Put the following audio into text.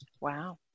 Wow